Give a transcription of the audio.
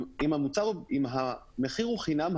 אם המחיר הוא חינם,